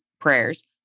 prayers